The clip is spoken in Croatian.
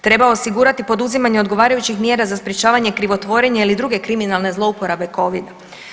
Treba osigurati poduzimanje odgovarajućih mjera za sprječavanje krivotvorenja ili druge kriminalne zlouporabe Covida.